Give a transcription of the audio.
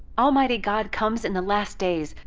almighty god comes in the last days,